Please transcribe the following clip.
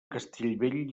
castellbell